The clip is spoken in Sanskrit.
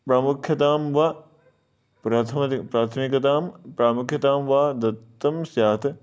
प्रामुख्यतां वा प्रथमं प्राथमिकतां प्रामुख्यतां वा दत्तं स्यात्